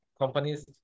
companies